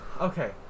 Okay